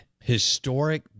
historic